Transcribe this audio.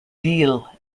veal